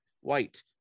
white